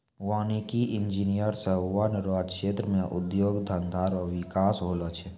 वानिकी इंजीनियर से वन रो क्षेत्र मे उद्योग धंधा रो बिकास होलो छै